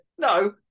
No